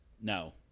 No